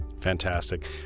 Fantastic